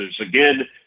again